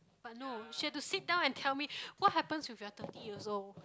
but no she had to sit down and tell me what happens if you're thirty years old